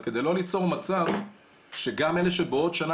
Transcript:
אבל כדי לא ליצור מצב שגם אלה שבעוד שנה